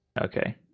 Okay